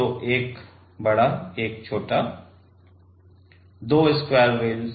तो एक बड़ा एक छोटा दो स्क्वायर वेलस